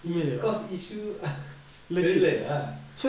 he cause issue ah தெரியலையா:theriyalaya